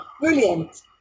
brilliant